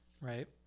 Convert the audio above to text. right